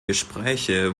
gespräche